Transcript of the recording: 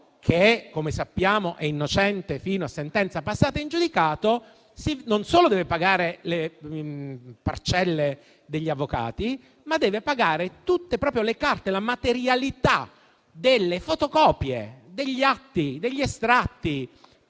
che, come sappiamo, è innocente fino a sentenza passata in giudicato, non solo deve pagare le parcelle degli avvocati, ma deve pagare proprio le carte, quindi la materialità delle fotocopie, degli atti e degli estratti;